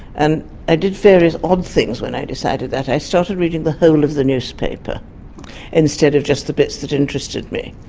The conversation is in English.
and i did various odd things when i decided that, i started reading the whole of the newspaper instead of just the bits that interested me.